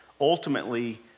ultimately